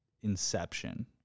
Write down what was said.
Inception